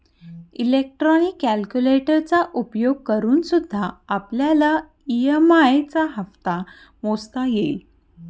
electronic कैलकुलेटरचा उपयोग करूनसुद्धा आपल्याला ई.एम.आई चा हप्ता मोजता येईल